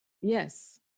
Yes